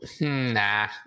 Nah